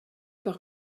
par